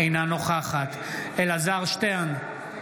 אינה נוכחת אלעזר שטרן,